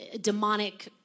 demonic